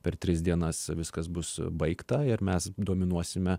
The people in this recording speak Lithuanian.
per tris dienas viskas bus baigta ir mes dominuosime